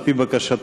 על פי בקשתו,